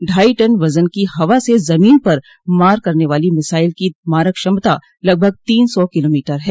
ढाई टन वजन की हवा से जमीन पर मार करने वाली मिसाइल की मारक क्षमता लगभग तीन सौ किलोमीटर है